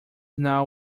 now